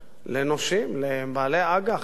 לבעלי אג"ח, לבעלי חוב,